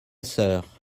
sœur